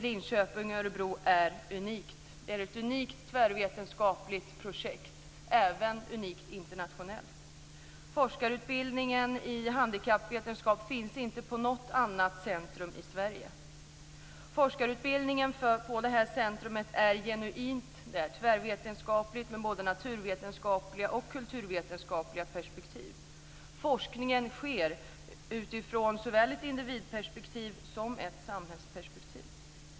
Örebro är ett unikt tvärvetenskapligt projekt. Det är unikt även internationellt. Forskarutbildningen i handikappvetenskap finns inte på något annat centrum i Sverige. Forskarutbildningen på Centrum för handikappvetenskap är genuin, och den är tvärvetenskaplig med både naturvetenskapliga och kulturvetenskapliga perspektiv. Forskningen sker utifrån såväl ett individperspektiv som ett samhällsperspektiv.